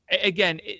Again